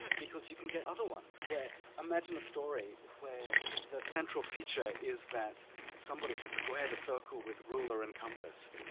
because you can get other ones where imagine a story where the central feature is that somebody has squared a circle with ruler and compass,